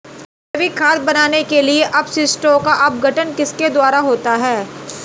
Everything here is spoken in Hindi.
जैविक खाद बनाने के लिए अपशिष्टों का अपघटन किसके द्वारा होता है?